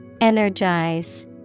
Energize